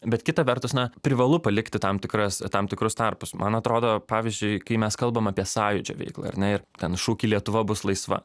bet kita vertus na privalu palikti tam tikras tam tikrus tarpus man atrodo pavyzdžiui kai mes kalbam apie sąjūdžio veiklą ar ne ir ten šūkį lietuva bus laisva